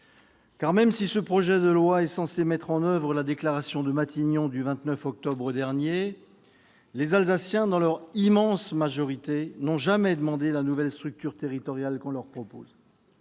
Car même si ce projet de loi est censé mettre en oeuvre la déclaration de Matignon du 29 octobre dernier, les Alsaciens, dans leur immense majorité, n'ont jamais demandé la nouvelle structure territoriale qu'on leur propose